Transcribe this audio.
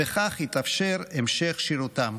וכך התאפשר המשך שירותם.